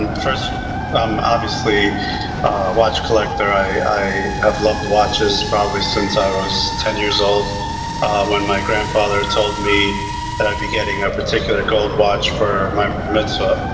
and first, i'm obviously a watch collector, i i have loved watches probably since i was ten years old when my grandfather told me that i'd be getting a particular gold watch for my bar mitzvah.